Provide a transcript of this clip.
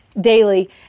daily